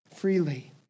freely